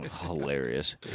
Hilarious